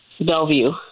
bellevue